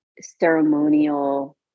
ceremonial